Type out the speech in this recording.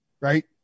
right